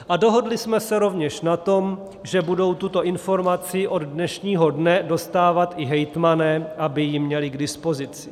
A dohodli jsme se rovněž na tom, že budou tuto informaci od dnešního dne dostávat i hejtmani, aby ji měli k dispozici.